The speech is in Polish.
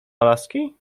alaski